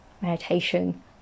meditation